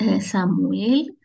Samuel